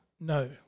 No